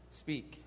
speak